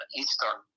eastern